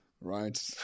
right